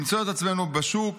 למצוא את עצמנו בשוק